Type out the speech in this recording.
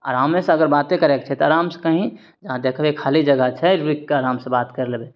आरामे से अगर बाते करयके छै तऽ आराम से कही जहाँ देखबै खाली जगह छै रूकिके आराम से बात कर लेबै